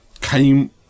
came